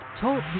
talk